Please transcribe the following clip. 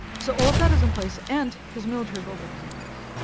so all of that is in place. and his military buildup is in place.